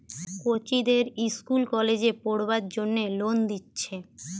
কচিদের ইস্কুল কলেজে পোড়বার জন্যে লোন দিচ্ছে